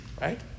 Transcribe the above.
right